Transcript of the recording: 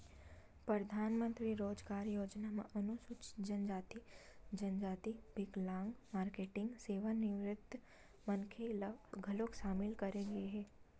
परधानमंतरी रोजगार योजना म अनुसूचित जनजाति, जनजाति, बिकलांग, मारकेटिंग, सेवानिवृत्त मनखे ल घलोक सामिल करे गे हे